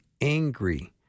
angry